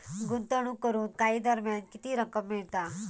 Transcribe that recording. गुंतवणूक करून काही दरम्यान किती रक्कम मिळता?